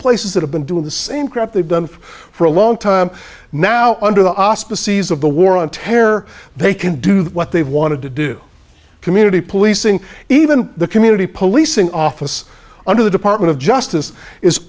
places that have been doing the same crap they've done for a long time now under the auspices of the war on terror they can do what they want to do community policing even the community policing office under the department of justice is